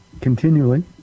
continually